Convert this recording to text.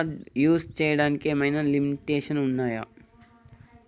Debit card use చేయడానికి ఏమైనా limitations ఉన్నాయా?